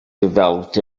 developed